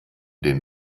den